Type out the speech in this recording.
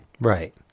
Right